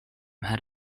had